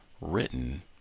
written